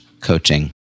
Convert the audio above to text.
coaching